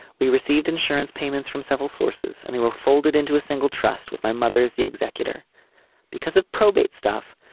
we received insurance payments from several sources and they were folded into a single trust with my mother's the executor because of probate stuff.